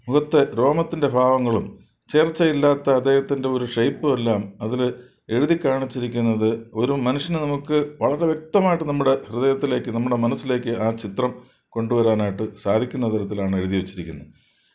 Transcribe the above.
മുഖത്ത് രോമത്തിൻ്റെ ഭാഗങ്ങളും ചേർച്ചയില്ലാത്ത അദ്ദേഹത്തിൻ്റെ ഒരു ഷേപ്പ് എല്ലാം അതിൽ എഴുതി കാണിച്ചിരിക്കുന്നത് ഒരു മനുഷ്യനെ നമുക്ക് വളരെ വ്യക്തമായിട്ട് നമ്മുടെ ഹൃദയത്തിലേക്ക് നമ്മുടെ മനസ്സിലേക്ക് ആ ചിത്രം കൊണ്ടുവരാനായിട്ടു സാധിക്കുന്ന തരത്തിലാണ് എഴുതി വെച്ചിരിക്കുന്നത്